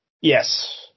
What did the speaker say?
Yes